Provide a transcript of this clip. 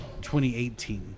2018